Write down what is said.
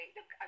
Look